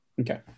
Okay